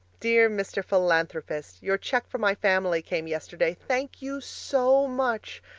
dear mr. philanthropist, your cheque for my family came yesterday. thank you so much!